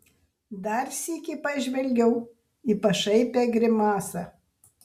dar sykį pažvelgiau į pašaipią grimasą